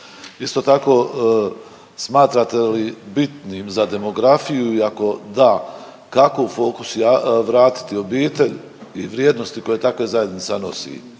Isto tako smatrate li bitnim za demografiju i ako da, kako u fokus vratiti obitelj i vrijednosti koje takve zajednica nosi?